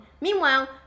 meanwhile